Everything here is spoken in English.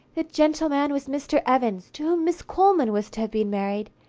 the gentleman was mr. evans, to whom miss coleman was to have been married,